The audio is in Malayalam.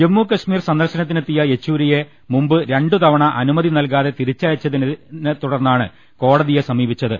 ജമ്മു കശ്മീർ സന്ദർശനത്തിനെത്തിയ യെച്ചൂരിയെ മുമ്പ് രണ്ടുതവണ അനുമതി നൽകാതെ തിരിച്ചയച്ചതി നെത്തുടർന്നാണ് കോടതിയെ സ്മീപിച്ചത്